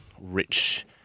rich –